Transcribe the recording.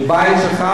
בבית שלך,